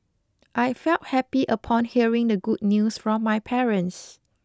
I felt happy upon hearing the good news from my parents